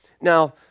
Now